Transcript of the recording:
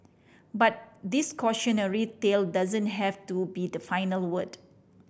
but this cautionary tale doesn't have to be the final word